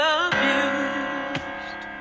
abused